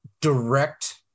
direct